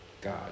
God